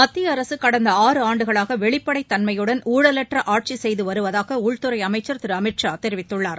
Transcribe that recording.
மத்திய அரசு கடந்த ஆறாண்டுகளாக வெளிப்படைத்தன்மையுடன் ஊழலற்ற ஆட்சி செய்து வருவதாக உள்துறை அமைச்சர் திரு அமித் ஷா தெரிவித்துள்ளார்